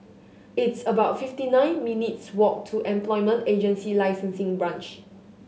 it's about fifty nine minutes' walk to Employment Agency Licensing Branch